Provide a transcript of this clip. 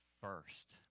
first